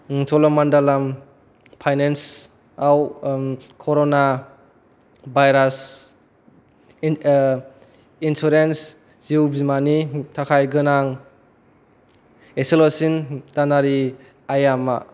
च'लामान्डालाम फाइनान्सआव क'र'ना भाइरास इन्सुरेन्स जिउ बिमानि थाखाय गोनां इसेल'सिन दानारि आइया मा